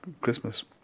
Christmas